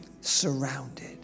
Surrounded